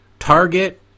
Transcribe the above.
Target